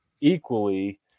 equally